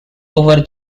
over